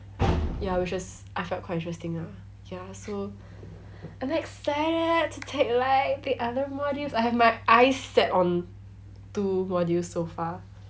ya which was I felt quite interesting ah ya so I'm like sad to take like the other modules I have my eyes set on two modules so far